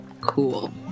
Cool